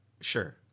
sure